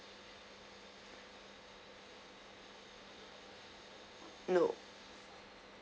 no